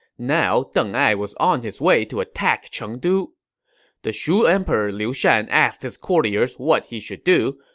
now, deng ai was on his way to attack chengdu the shu emperor liu shan asked his courtiers what he should do.